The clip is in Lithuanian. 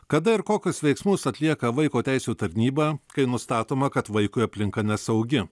kada ir kokius veiksmus atlieka vaiko teisių tarnyba kai nustatoma kad vaikui aplinka nesaugi